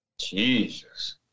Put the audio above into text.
Jesus